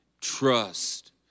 Trust